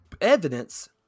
evidence